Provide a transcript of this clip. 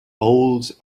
owls